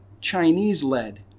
Chinese-led